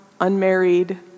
unmarried